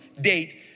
date